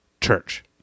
church